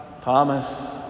Thomas